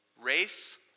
Race